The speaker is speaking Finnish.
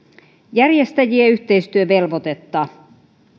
järjestäjien yhteistyövelvoitetta